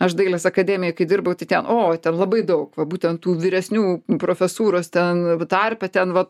aš dailės akademijoj kai dirbau tai ten o ten labai daug va būtent tų vyresnių profesūros ten tarpe ten va